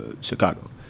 Chicago